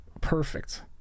Perfect